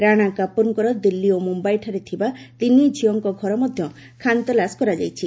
ରାଣା କପୁରଙ୍କ ଦିଲ୍ଲୀ ଓ ମୁମ୍ବାଇଠାରେ ଥିବା ତିନି ଝିଅଙ୍କ ଘର ମଧ୍ୟ ଖାନତଲାସ କରାଯାଇଛି